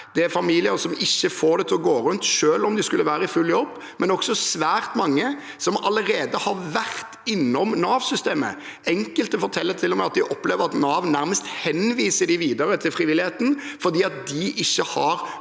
det er familier som ikke får det til å gå rundt selv om de skulle være i full jobb, og det er svært mange som allerede har vært innom Nav-systemet. Enkelte forteller til og med at de opplever at Nav nærmest henviser dem videre til frivilligheten fordi Nav ikke har